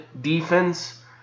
defense